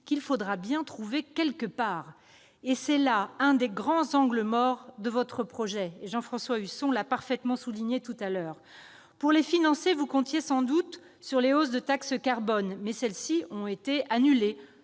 qu'il faudra bien trouver quelque part. Or c'est là l'un des grands angles morts de ce projet, Jean-François Husson l'a parfaitement souligné. Pour les financer, monsieur le ministre d'État, vous comptiez sans doute sur les hausses de taxe carbone, mais celles-ci ont été annulées-